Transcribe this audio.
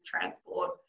transport